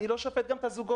אני לא שופט גם את הזוגות.